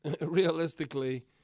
realistically